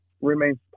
remains